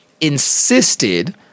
insisted